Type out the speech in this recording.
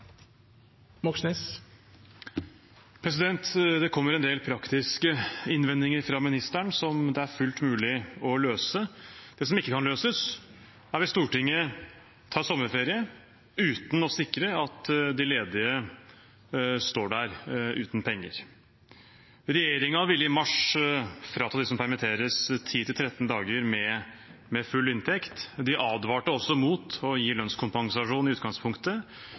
Det kommer en del praktiske innvendinger fra statsråden som det er fullt mulig å løse. Det som ikke løses, er hvis Stortinget tar sommerferie uten å sikre at de ledige får penger. Regjeringen ville i mars frata dem som permitteres, 10–13 dager med full inntekt. De advarte også mot å gi lønnskompensasjon i utgangspunktet,